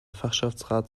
fachschaftsrat